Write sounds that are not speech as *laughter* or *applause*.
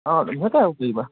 অ' *unintelligible*